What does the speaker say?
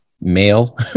male